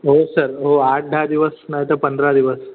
हो सर हो आठ दहा दिवस नाहीतर पंधरा दिवस